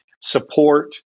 support